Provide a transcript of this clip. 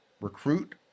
Recruit